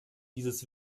dieses